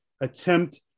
attempt